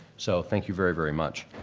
so thank you very, very much.